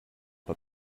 but